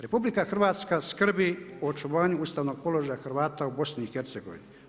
RH skrbi o očuvanju ustavnog položaja Hrvata u BiH-u.